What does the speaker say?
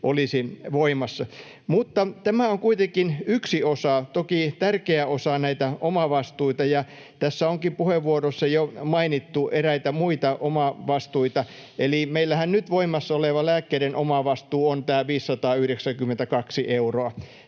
olisi voimassa. Mutta tämä on kuitenkin yksi osa, toki tärkeä osa, näitä omavastuita, ja tässä puheenvuoroissa onkin jo mainittu eräitä muita omavastuita. Eli meillähän nyt voimassa oleva lääkkeiden omavastuu on tämä 592 euroa,